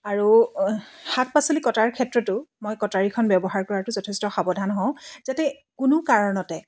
আৰু শাক পাচলি কটাৰ ক্ষেত্ৰটো মই কটাৰীখন ব্যৱহাৰ কৰাতো যথেষ্ট সাৱধান হওঁ যাতে কোনো কাৰণতে